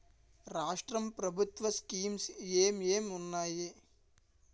రాష్ట్రం ప్రభుత్వ స్కీమ్స్ ఎం ఎం ఉన్నాయి?